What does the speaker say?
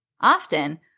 often